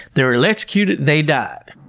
they were electrocuted, they died.